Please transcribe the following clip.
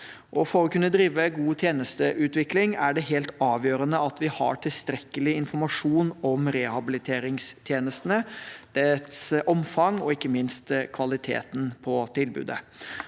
For å kunne drive god tjenesteutvikling er det helt avgjørende at vi har tilstrekkelig informasjon om rehabiliteringstjenestene, dets omfang og ikke minst kvaliteten på tilbudet.